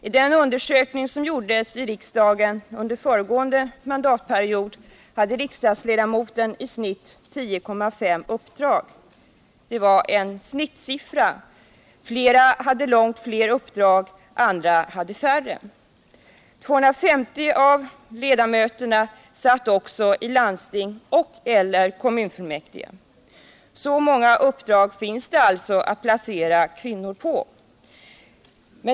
I den undersökning som gjordes i riksdagen under föregående mandatperiod hade riksdagsledamöterna i genomsnitt 10,5 uppdrag var. Det var bara en genomsnittssiffra. Ett flertal hade långt fler uppdrag, andra hade färre. 250 av ledamöterna satt också i landsting och/eller kommunfullmäktige. Så många uppdrag finns det alltså att placera kvinnor på.